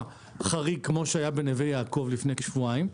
חריג כמו שהיה בנווה יעקב לפני שבועיים.